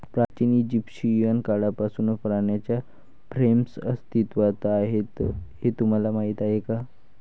प्राचीन इजिप्शियन काळापासून पाण्याच्या फ्रेम्स अस्तित्वात आहेत हे तुम्हाला माहीत आहे का?